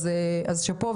שאפו.